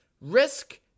Risk